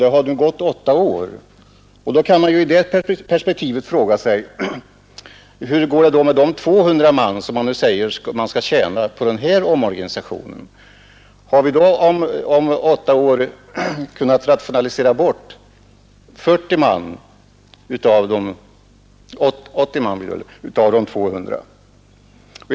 Nu har det gått åtta år, och i det perspektivet kan vi fråga oss hur det blir med de 200 anställda som man nu säger sig tjäna på denna omorganisation. Har man då om åtta år kunnat rationalisera bort 80 av de 200 anställda?